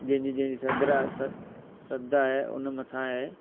जंहिंजी जंहिंजी सधरा श्रद्धा आहे उन मथां आहे